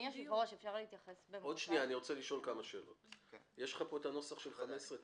יש לך פה את הנוסח של 15?